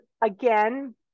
again